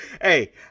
Hey